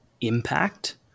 impact